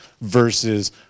versus